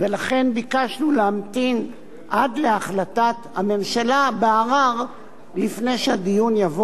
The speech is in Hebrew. לכן ביקשנו להמתין עד להחלטת הממשלה בערר לפני שהדיון יבוא,